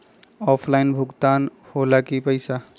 Offline भुगतान हो ला कि पईसा?